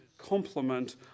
Complement